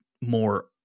more